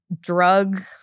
drug